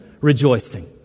rejoicing